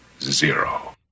zero